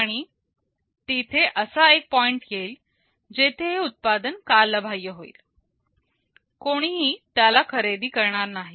आणि तिथे असा एक पॉईंट येईल जिथे हे उत्पादन कालबाह्य होईल कोणीही त्याला खरेदी करणार नाही